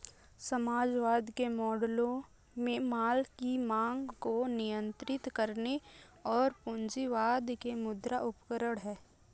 समाजवाद के मॉडलों में माल की मांग को नियंत्रित करने और पूंजीवाद के मुद्रा उपकरण है